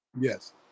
Yes